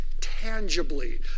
tangibly